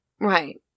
Right